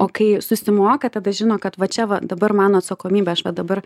o kai susimoka tada žino kad va čia va dabar mano atsakomybė aš va dabar